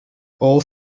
all